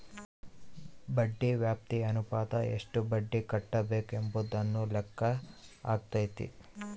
ಬಡ್ಡಿ ವ್ಯಾಪ್ತಿ ಅನುಪಾತ ಎಷ್ಟು ಬಡ್ಡಿ ಕಟ್ಟಬೇಕು ಎಂಬುದನ್ನು ಲೆಕ್ಕ ಹಾಕಲಾಗೈತಿ